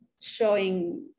showing